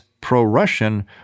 pro-Russian